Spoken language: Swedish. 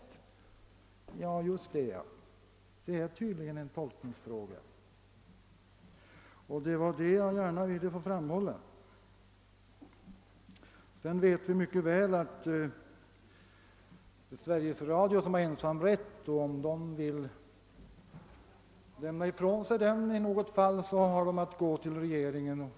Ja, det är tydligen en tolkningsfråga, och det var just det som jag ville framhålla. Vi vet vidare mycket väl att Sveriges Radio har ensamrätt på detta område och att företaget, om det i något fall vill avstå från den, får vända sig till regeringen.